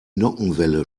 nockenwelle